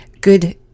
good